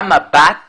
גם מבט